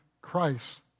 Christ